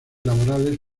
laborales